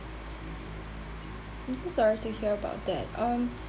I'm so sorry to hear about that um